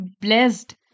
blessed